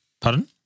Pardon